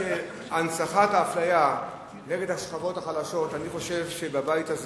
הנצחת האפליה נגד השכבות החלשות אני חושב שבבית הזה